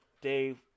Dave